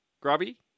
Grubby